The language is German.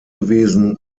gewesen